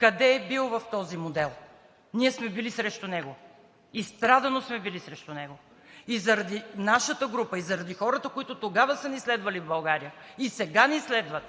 къде е бил в този модел? Ние сме били срещу него, изстрадано сме били срещу него и заради нашата група и заради хората, които тогава са ни следвали в България, и сега ни следват,